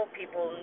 people